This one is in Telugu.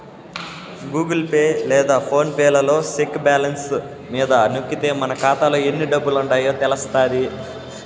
గూగుల్ పే లేదా ఫోన్ పే లలో సెక్ బ్యాలెన్స్ మీద నొక్కితే మన కాతాలో ఎన్ని డబ్బులుండాయో తెలస్తాది